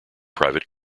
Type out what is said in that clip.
private